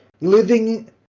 living